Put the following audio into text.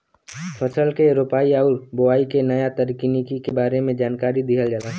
फसल के रोपाई आउर बोआई के नया तकनीकी के बारे में जानकारी दिहल जाला